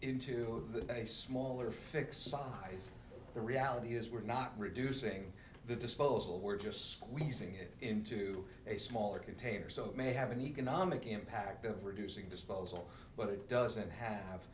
into a smaller fixed size the reality is we're not reducing the disposal we're just squeezing it into a smaller container so it may have an economic impact of reducing disposal but it doesn't have